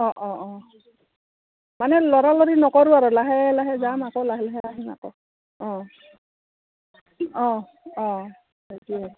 অঁ অঁ অঁ মানে ল'ৰা ল'ৰি নকৰোঁ আৰু লাহে লাহে যাম আকৌ লাহে লাহে আহিম আকৌ অঁ অঁ অঁ